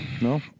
No